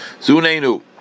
Zunenu